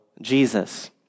Jesus